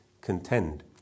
contend